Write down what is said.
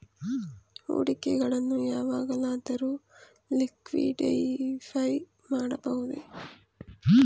ಹೂಡಿಕೆಗಳನ್ನು ಯಾವಾಗಲಾದರೂ ಲಿಕ್ವಿಡಿಫೈ ಮಾಡಬಹುದೇ?